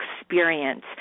experience